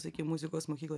sakykim muzikos mokykloj